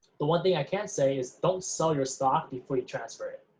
the one thing i can say is don't sell your stock before you transfer it.